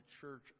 church